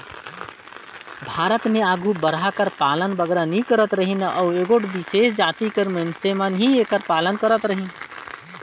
भारत में आघु बरहा कर पालन बगरा नी करत रहिन अउ एगोट बिसेस जाति कर मइनसे मन ही एकर पालन करत रहिन